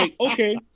okay